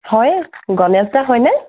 হয় গণেশদা হয়নে